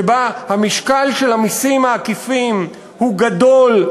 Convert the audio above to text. שבה המשקל של המסים העקיפים הוא גדול,